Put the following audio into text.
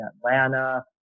Atlanta